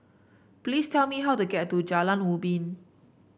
please tell me how to get to Jalan Ubi